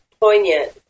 poignant